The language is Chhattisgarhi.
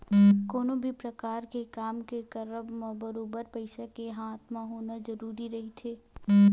कोनो भी परकार के काम के करब म बरोबर पइसा के हाथ म होना जरुरी रहिथे